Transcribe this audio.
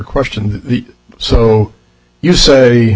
question so you say